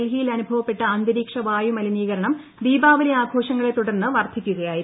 ഡൽഹിയിൽ അനുഭവപ്പെട്ട അന്ത്രീക്ഷ വായു മലിനീകരണം ദീപാവലി ആഘോഷങ്ങളെ തുട്ർന്ന് വർദ്ധിക്കുകയായിരുന്നു